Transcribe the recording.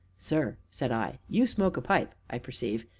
sir, said i, you smoke a pipe, i perceive,